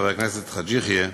חבר הכנסת חאג' יחיא,